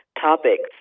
topics